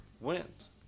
wins